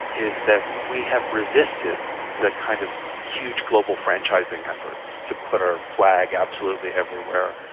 is that we have resisted the kind of huge global franchising efforts, to put our flag absolutely everywhere.